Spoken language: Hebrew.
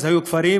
אז הם היו כפרים,